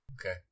Okay